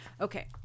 okay